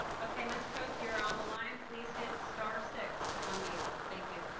okay ms. cook, you're on the line, please hit star six to unmute. thank you.